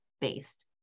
based